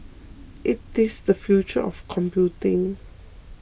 it is the future of computing